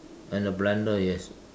and a blender yes